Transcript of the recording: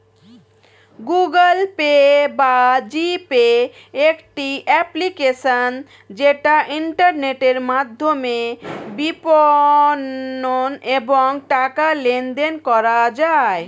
Google Pay বা G Pay একটি application যেটা ইন্টারনেটের মাধ্যমে বিপণন এবং টাকা লেনদেন করা যায়